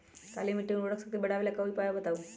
काली मिट्टी में उर्वरक शक्ति बढ़ावे ला कोई उपाय बताउ?